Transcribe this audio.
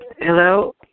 Hello